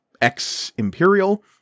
ex-imperial